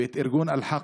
ואת ארגון אל-חק,